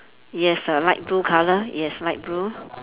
yes a light blue colour yes light blue